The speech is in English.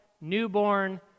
newborn